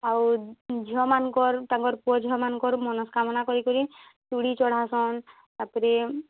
ଆଉ ଝିଅମାନ୍ଙ୍କର୍ ତାଙ୍କର୍ ପୁଅ ଝିଅମାନ୍ଙ୍କର୍ ମନସ୍କାମନା କରିକରି ଚୁଡ଼ି ଚଢ଼ାସନ୍ ତା' ପରେ